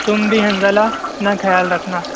تم بھی حنزلہ اپنا خیال رکھنا